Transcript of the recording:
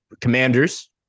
commanders